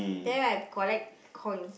then I collect coins